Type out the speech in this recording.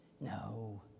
No